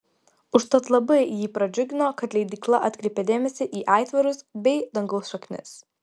užtat labai jį pradžiugino kad leidykla atkreipė dėmesį į aitvarus bei dangaus šaknis